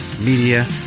Media